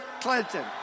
Clinton